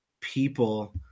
people